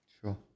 Sure